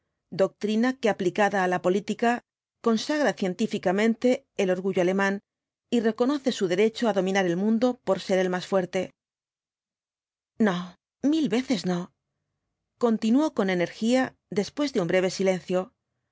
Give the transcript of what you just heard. doctrina que aplicada á la política consagra cientíñcamente el orgullo alemán y reconoce su derecho á dominar al mundo por ser el másfuerte no mil veces no continuó con energía después de un breve silencio